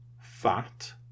fat